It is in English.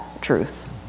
truth